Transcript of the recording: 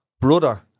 Brother